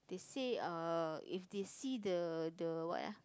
they say uh if they see the the what ah